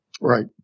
Right